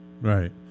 right